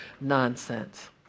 nonsense